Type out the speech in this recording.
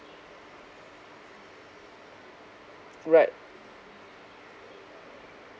right